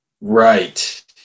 Right